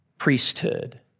priesthood